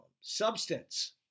substance